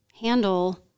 handle